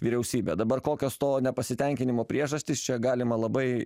vyriausybe dabar kokios to nepasitenkinimo priežastys čia galima labai